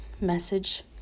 message